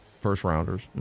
first-rounders